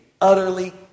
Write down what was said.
utterly